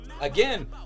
Again